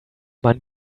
man